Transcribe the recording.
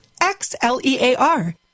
X-L-E-A-R